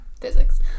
physics